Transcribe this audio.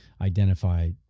identify